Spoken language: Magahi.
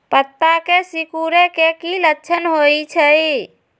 पत्ता के सिकुड़े के की लक्षण होइ छइ?